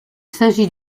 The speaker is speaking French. s’agit